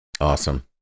Awesome